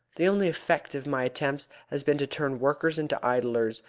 the only effect of my attempts has been to turn workers into idlers,